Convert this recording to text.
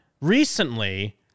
recently